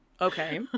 Okay